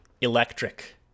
electric